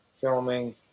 filming